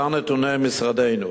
להלן נתוני משרדנו: